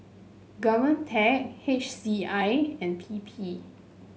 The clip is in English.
Govtech H C I and P P